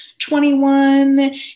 21